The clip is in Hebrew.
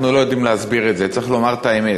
אנחנו לא יודעים להסביר את זה, צריך לומר את האמת.